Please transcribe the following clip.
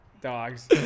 Dogs